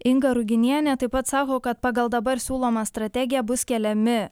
inga ruginienė taip pat sako kad pagal dabar siūlomą strategiją bus keliami